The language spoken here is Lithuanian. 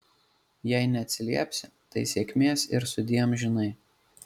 jei neatsiliepsi tai sėkmės ir sudie amžinai